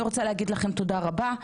אני רוצה להגיד לכם תודה רבה.